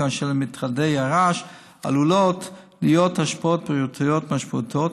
כאשר למטרדי הרעש עלולות להיות השפעות בריאותיות משמעותיות,